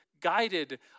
guided